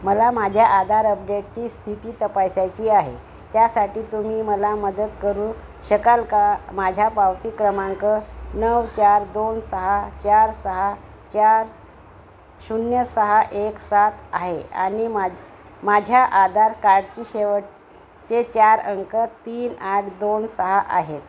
मला माझ्या आधार अपडेटची स्थिती तपासायची आहे त्यासाठी तुम्ही मला मदत करू शकाल का माझ्या पावती क्रमांक नऊ चार दोन सहा चार सहा चार शून्य सहा एक सात आहे आणि मा माझ्या आधार कार्डची शेवटचे चार अंक तीन आठ दोन सहा आहेत